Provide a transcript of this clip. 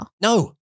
No